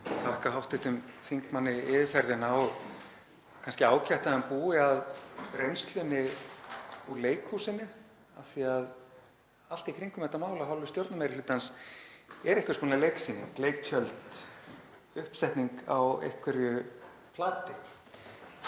þakka hv. þingmanni yfirferðina. Kannski er ágætt að hann búi að reynslunni úr leikhúsinu af því að allt í kringum þetta mál af hálfu stjórnarmeirihlutans er einhvers konar leiksýning, leiktjöld, uppsetning á einhverju plati.